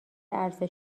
عرضه